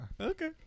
Okay